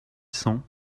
cents